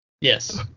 Yes